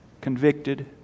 convicted